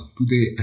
Today